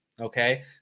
okay